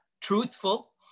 truthful